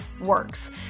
works